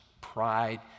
pride